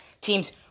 teams